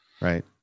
right